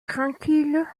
tranquille